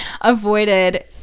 avoided